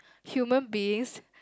human beings